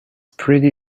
pretty